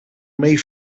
meio